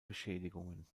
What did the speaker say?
beschädigungen